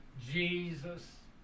Jesus